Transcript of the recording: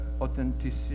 authenticity